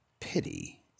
pity